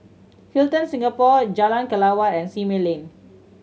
Hilton Singapore Jalan Kelawar and Simei Lane